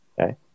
okay